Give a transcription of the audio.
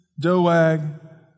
Doag